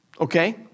okay